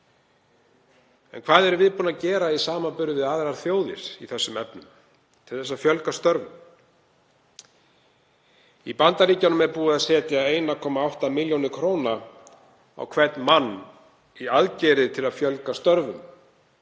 En hvað erum við búin að gera í samanburði við aðrar þjóðir í þeim efnum til að fjölga störfum? Í Bandaríkjunum er búið að setja 1,8 millj. kr. á hvern mann í aðgerðir til að fjölga störfum,